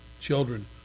Children